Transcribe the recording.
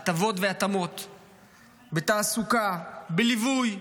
הטבות והתאמות בתעסוקה, בליווי,